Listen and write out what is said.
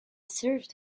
served